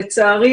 לצערי,